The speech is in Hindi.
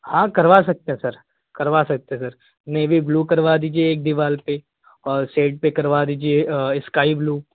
हाँ करवा सकते है सर करवा सकते सर नेबी ब्लू करवा दीजिए एक दीवाल पे और साइड पे करवा दीजिए स्काई ब्लू